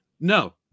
No